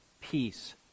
peace